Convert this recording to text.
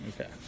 Okay